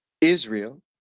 israel